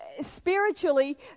spiritually